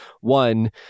one